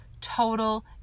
Total